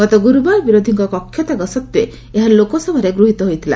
ଗତ ଗୁରୁବାର ବିରୋଧୀଙ୍କ କକ୍ଷତ୍ୟାଗ ସତ୍ତ୍ୱେ ଏହା ଲୋକସଭାରେ ଗୃହିତ ହୋଇଥିଲା